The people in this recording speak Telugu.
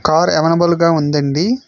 కార్ అవైలబుల్గా ఉందండి